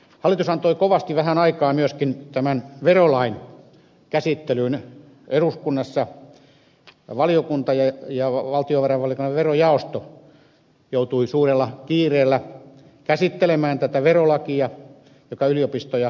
hallitus antoi kovasti vähän aikaa myöskin tämän verolain käsittelyyn eduskunnassa ja valtiovarainvaliokunnan verojaosto joutui suurella kiireellä käsittelemään tätä verolakia joka yliopistoja koskee